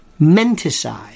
menticide